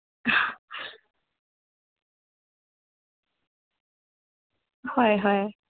ꯍꯣꯏ ꯍꯣꯏ